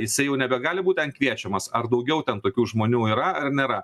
jisai jau nebegali būt ten kviečiamas ar daugiau ten tokių žmonių yra ar nėra